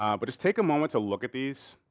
um but just take a moment to look at these.